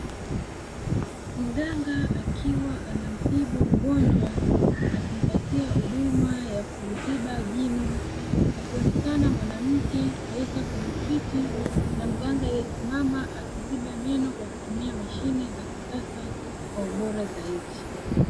Mganga akiwa anamtibu mgonjwa akimpatia huduma ya kumziba jino, akionekana mwanamke aliyekaa kwenye kiti na mganga aliyesimama akiziba meno kwa kutumia mashine za kisasa kwa ubora zaidi.